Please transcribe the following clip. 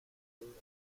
and